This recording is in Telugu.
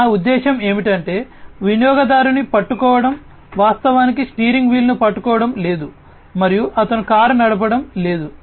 నా ఉద్దేశ్యం ఏమిటంటే వినియోగదారుని పట్టుకోవడం వాస్తవానికి స్టీరింగ్ వీల్ను పట్టుకోవడం లేదు మరియు అతను కారు నడపడం లేదు